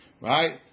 right